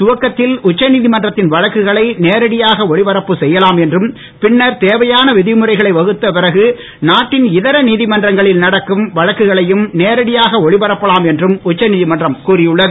துவக்கத்தில் உச்சநீதிமன்றத்தின் வழக்குகளை நேரடியாக ஒளிபரப்பு செய்யலாம் என்றும் பின்னர் தேவையான விதிமுறைகளை வகுத்த பிறகு நாட்டின் இதர நீதிமன்றங்களில் நடக்கும் வழக்குகளை நேரடியாக ஒளிபரப்பலாம் என்றும் உச்ச நீதிமன்றம் கூறியுள்ளது